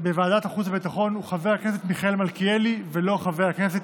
בוועדת החוץ והביטחון הוא חבר הכנסת